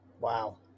Wow